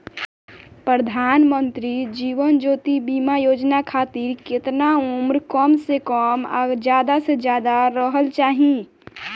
प्रधानमंत्री जीवन ज्योती बीमा योजना खातिर केतना उम्र कम से कम आ ज्यादा से ज्यादा रहल चाहि?